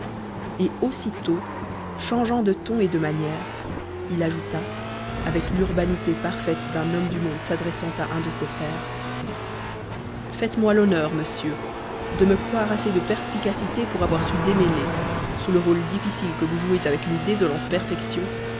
et aussitôt changeant de ton et de manières il ajouta avec l'urbanité parfaite d'un homme du monde s'adressant à un de ses pairs faites-moi l'honneur monsieur de me croire assez de perspicacité pour avoir su démêler sous le rôle difficile que vous jouez avec une désolante perfection